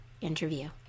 interview